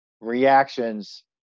reactions